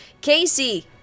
Casey